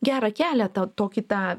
gerą kelią tą tokį tą